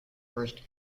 first